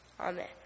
Amen